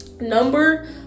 number